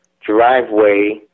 driveway